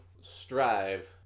strive